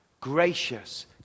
Gracious